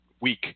week